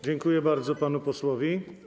Dziękuję bardzo panu posłowi.